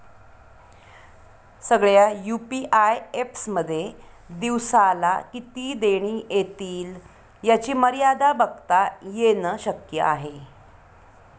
सगळ्या UPI apps मध्ये दिवसाला किती देणी एतील याची मर्यादा बघता येन शक्य आहे